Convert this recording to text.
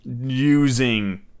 Using